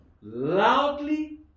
loudly